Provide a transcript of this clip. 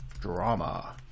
Drama